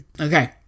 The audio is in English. okay